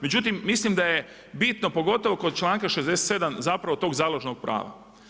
Međutim, mislim da je bitno pogotovo kod članka 67. zapravo to založnog prava.